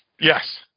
Yes